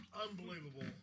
unbelievable